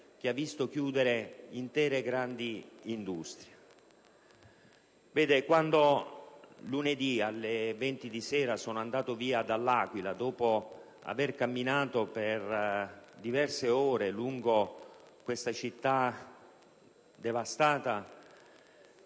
chiuso i battenti intere grandi industrie. Quando lunedì, alle ore 20, sono andato via dall'Aquila, dopo aver camminato per diverse ore lungo questa città devastata,